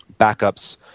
backups